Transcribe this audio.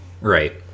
right